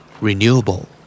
Renewable